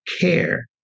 care